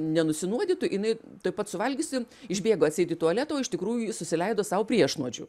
nenusinuodytų jinai tuoj pat suvalgiusi išbėgo atseit į tualetą o iš tikrųjų susileido sau priešnuodžių